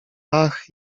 ach